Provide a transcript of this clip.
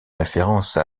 référence